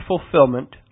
fulfillment